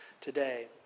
today